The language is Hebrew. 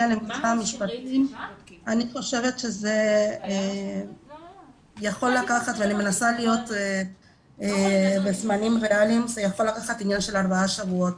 אני חושבת שזה יכול לקחת ארבעה שבועות